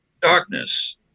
darkness